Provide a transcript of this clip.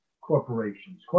corporations